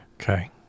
Okay